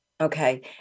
Okay